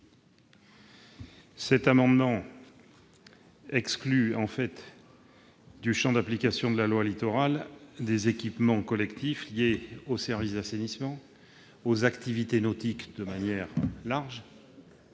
Cet amendement vise à exclure du champ d'application de la loi Littoral les équipements collectifs liés aux services d'assainissement, aux activités nautiques de manière large